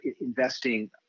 investing